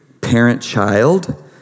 parent-child